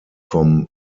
vom